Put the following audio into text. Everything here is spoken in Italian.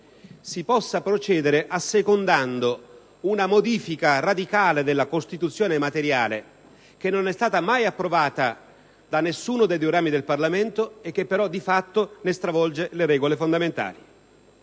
costituzionali, assecondando una modifica radicale della Costituzione materiale, che non è stata mai approvata da nessuno dei due rami del Parlamento, ma che di fatto ne stravolge le regole fondamentali.